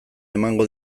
emango